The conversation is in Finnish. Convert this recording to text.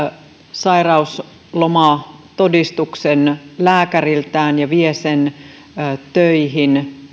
sairauslomatodistuksen lääkäriltään ja vie sen töihin